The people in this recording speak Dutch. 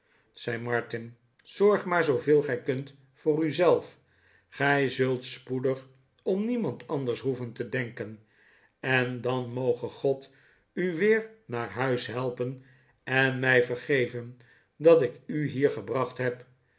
zei martin zorg maar zooveel gij kunt voor u zelf gij zult spoedig om niemand anders hoeven te denken en dan moge god u weer naar huis helpen en mij vergeven dat ik u hier gebracht heb